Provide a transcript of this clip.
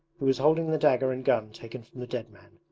who was holding the dagger and gun taken from the dead man.